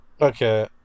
okay